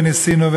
וניסינו,